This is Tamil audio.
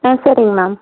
ஆ சரிங்க மேம்